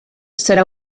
serà